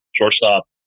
shortstop